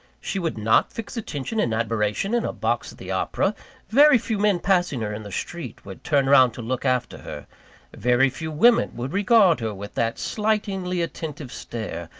she would not fix attention and admiration in a box at the opera very few men passing her in the street would turn round to look after her very few women would regard her with that slightingly attentive stare,